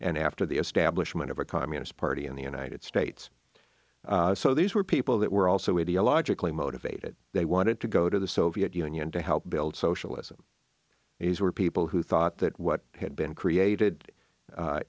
and after the establishment of a communist party in the united states so these were people that were also illogically motivated they wanted to go to the soviet union to help build socialism these were people who thought that what had been created